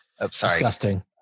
Disgusting